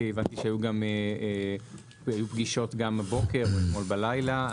והבנתי שהיו פגישות גם הבוקר ואתמול בלילה.